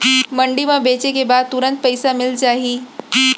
मंडी म बेचे के बाद तुरंत पइसा मिलिस जाही?